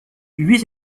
huit